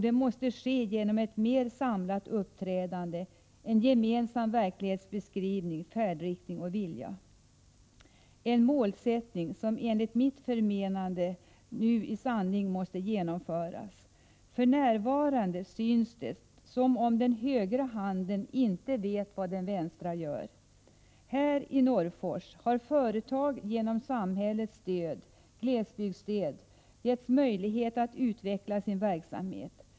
Det måste ske genom ett mer samlat uppträdande, en gemensam verklighetsbeskrivning, färdriktning och vilja; en målsättning som enligt mitt förmenande nu i sanning måste genomföras. För närvarande synes det som om den högra handen inte vet vad den vänstra gör. I Norrfors har företag genom samhällets stöd, glesbygdsstöd, getts möjlighet att utveckla sin verksamhet.